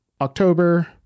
October